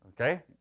Okay